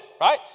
right